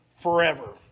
forever